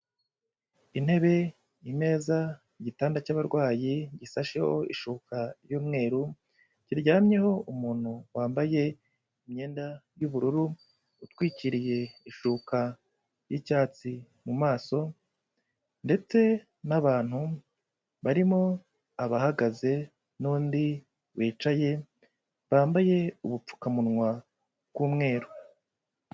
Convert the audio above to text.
Intebe, imeza, igitanda cy'abarwayi gisasheho ishuka y'umweru, kiryamyeho umuntu wambaye imyenda y'ubururu, utwikiriye ishuka y'icyatsi mu maso ndetse n'abantu barimo abahagaze n'undi wicaye, bambaye ubupfukamunwa bw'umweru.